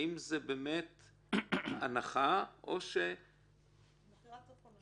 האם זה באמת הנחה --- או מכירת סוף עונה.